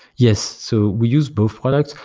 yes. so we use both products.